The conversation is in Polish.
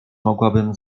mogłabym